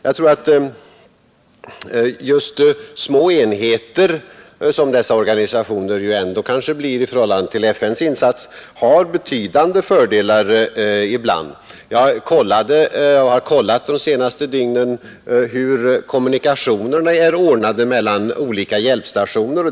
Jag tror att just små enheter, som dessa organisationer ändå blir i förhållande till FN:s insats, har betydande fördelar ibland. De senaste dygnen har jag kollat hur kommunikationerna är ordnade mellan olika hjälpstationer.